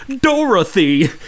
Dorothy